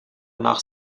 nach